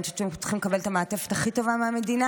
אני חושבת שהם צריכים לקבל את המעטפת הכי טובה מהמדינה.